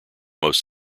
most